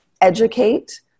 educate